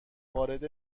وارد